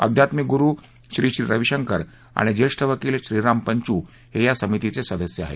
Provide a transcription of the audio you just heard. अध्यात्मिक गुरु श्री श्री रवीशंकर आणि ज्येष्ठ वकील श्रीराम पंचू हे या समितीचे सदस्य आहेत